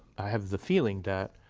i have the feeling that